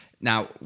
now